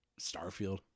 Starfield